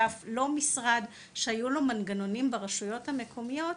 לא משרד שהיו לו מנגנונים ברשויות המקומיות,